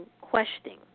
questioning